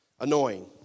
Annoying